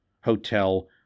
Hotel